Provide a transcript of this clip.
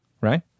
Right